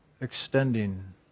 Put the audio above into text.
extending